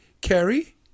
Carrie